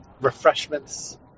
refreshments